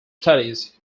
studies